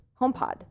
HomePod